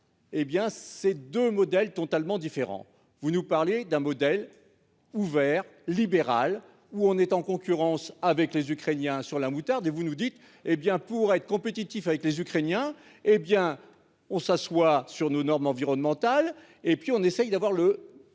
Eh bien ces 2 modèles totalement différents. Vous nous parlez d'un modèle ouvert libéral où on est en concurrence avec les Ukrainiens sur la moutarde et vous nous dites, hé bien pour être compétitifs avec les Ukrainiens. Hé bien on s'assoit sur nos normes environnementales et puis on essaye d'avoir le